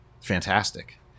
Fantastic